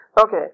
Okay